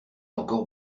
encore